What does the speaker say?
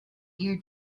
ear